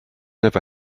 never